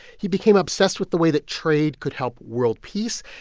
he became obsessed with the way that trade could help world peace.